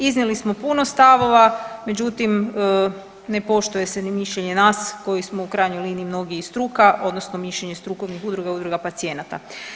Iznijeli smo puno stavova, međutim ne poštuje se ni mišljenje nas koji smo u krajnjoj liniji mnogi i struka, odnosno mišljenje strukovnih udruga, udruga pacijenata.